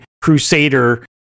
crusader